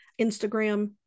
Instagram